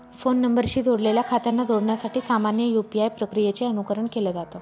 phone नंबरशी जोडलेल्या खात्यांना जोडण्यासाठी सामान्य यू.पी.आय प्रक्रियेचे अनुकरण केलं जात